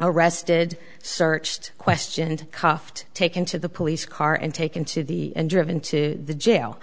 arrested searched questioned cuffed taken to the police car and taken to the and driven to the jail